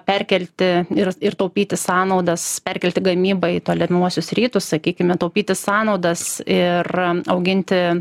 perkelti ir ir taupyti sąnaudas perkelti gamybą į tolimuosius rytus sakykime taupyti sąnaudas ir auginti